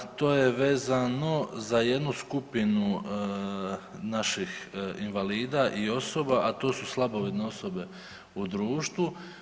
To je vezano za jednu skupinu naših invalida i osoba, a to su slabovidne osobe u društvu.